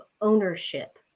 ownership